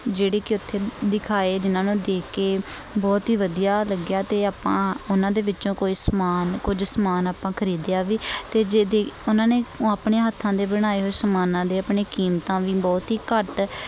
ਜਿਹੜੇ ਕਿ ਉੱਥੇ ਦਿਖਾਏ ਜਿਹਨਾਂ ਨੂੰ ਦੇਖ ਕੇ ਬਹੁਤ ਹੀ ਵਧੀਆ ਲੱਗਿਆ ਅਤੇ ਆਪਾਂ ਉਹਨਾਂ ਦੇ ਵਿੱਚੋਂ ਕੋਈ ਸਮਾਨ ਕੁਝ ਸਮਾਨ ਆਪਾਂ ਖਰੀਦਿਆ ਵੀ ਅਤੇ ਜਿਹਦੀ ਉਹਨਾਂ ਨੇ ਉਹ ਆਪਣੇ ਹੱਥਾਂ ਦੇ ਬਣਾਏ ਹੋਏ ਸਮਾਨਾਂ ਦੇ ਆਪਣੇ ਕੀਮਤਾਂ ਵੀ ਬਹੁਤ ਹੀ ਘੱਟ